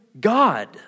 God